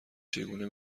چگونه